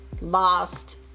lost